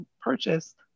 purchased